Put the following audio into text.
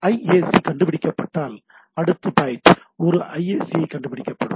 IAC கண்டுபிடிக்கப்பட்டால் அடுத்த byte ஒரு ஐஏசி கண்டுபிடிக்கப்படும்